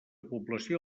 població